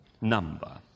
number